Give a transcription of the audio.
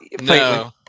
no